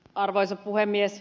arvoisa puhemies